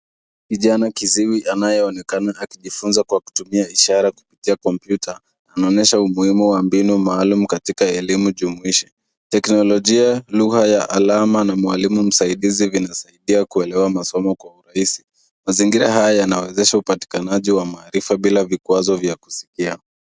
Kijana kiziwi anayeonekana akijifunza kwa kutumia ishara kupitia kompyuta anaonyesha umuhimu wa mbinu maalum katika elimu jumuishe. Teknolojia, lugha ya alama na mwalimu musaidizi vinasaidia kuelewa masomo kwa urahisi. Mazingira haya yanawezesha upatikanaji wa maarifa bila vikwazo vya kusikia.